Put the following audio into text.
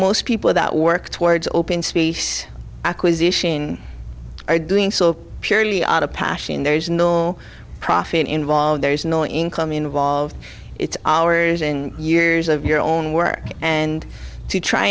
most people that work towards open species acquisition are doing so purely out of passion there's no profit involved there's no income involved it's hours and years of your own work and to try